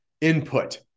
input